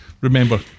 Remember